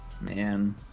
man